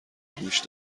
گوش